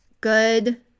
good